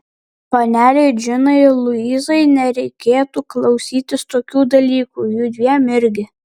panelei džinai luizai nereikėtų klausytis tokių dalykų judviem irgi